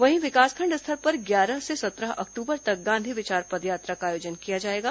वहीं विकासखंड स्तर पर ग्यारह से सत्रह अक्टूबर तक गांधी विचार पदयात्रा का आयोजन किया जाएगा